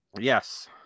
Yes